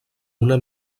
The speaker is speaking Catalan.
una